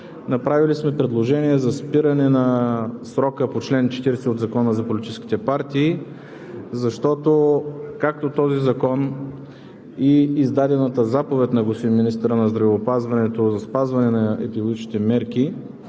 Направили сме предложение за спиране на срока по чл. 40 от Закона за политическите партии, защото този закон, както и издадената заповед на министъра на здравеопазването за спазване на епидемиологичните мерки